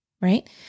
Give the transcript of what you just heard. right